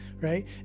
right